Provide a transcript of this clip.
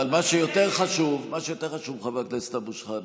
אבל מה שיותר חשוב הוא, חבר הכנסת אבו שחאדה,